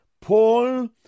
Paul